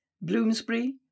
Bloomsbury